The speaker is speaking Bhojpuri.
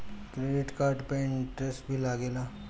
क्रेडिट कार्ड पे इंटरेस्ट भी लागेला?